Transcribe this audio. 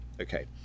Okay